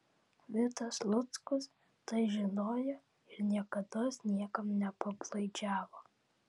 vitas luckus tai žinojo ir niekados niekam nepadlaižiavo